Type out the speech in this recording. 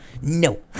No